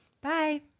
bye